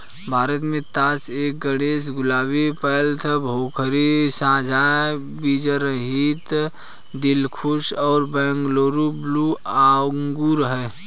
भारत में तास ए गणेश, गुलाबी, पेर्लेट, भोकरी, साझा बीजरहित, दिलखुश और बैंगलोर ब्लू अंगूर हैं